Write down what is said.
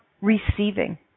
receiving